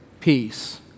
peace